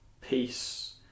Peace